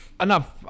enough